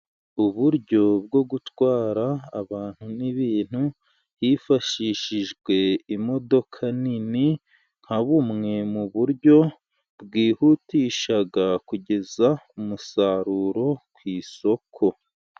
Uburyo bwo gutwara abantu n'ibintu, hifashishijwe imodoka nini, nka bumwe mu buryo bwihutisha kugeza umusaruro ku isoko.